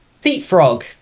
Seatfrog